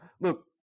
look